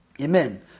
Amen